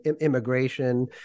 immigration